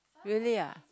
really ah